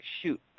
shoot